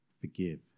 forgive